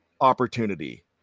opportunity